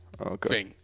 Okay